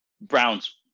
Browns